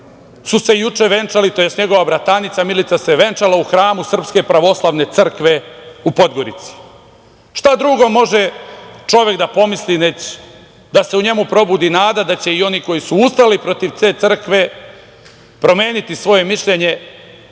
su se juče venčali, tj. njegova bratanica Milica se venčala u hramu SPC u Podgorici. Šta drugo može čovek da pomisli već da se u njemu probudi nada da će i oni koji su ustali protiv te crkve promeniti svoje mišljenje,